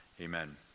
amen